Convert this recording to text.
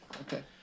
Okay